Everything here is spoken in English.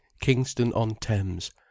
Kingston-on-Thames